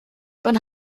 wann